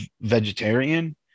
vegetarian